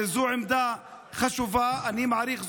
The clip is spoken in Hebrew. זו עמדה חשובה ואני מעריך זאת.